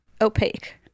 opaque